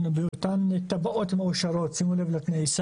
המשמעותי שירצו לעניין